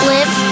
Live